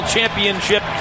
Championship